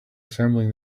assembling